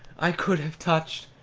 i could have touched!